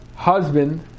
husband